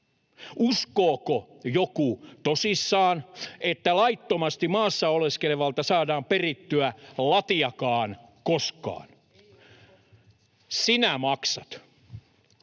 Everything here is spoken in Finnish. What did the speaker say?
Uskooko joku tosissaan, että laittomasti maassa oleskelevalta saadaan perittyä latiakaan koskaan? [Mari